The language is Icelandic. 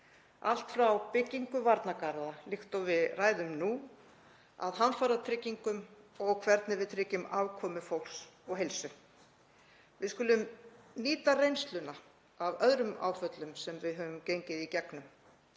allt frá byggingu varnargarða líkt og við ræðum nú að hamfaratryggingum og hvernig við tryggjum afkomu fólks og heilsu. Við skulum nýta reynsluna af öðrum áföllum sem við höfum gengið í gegnum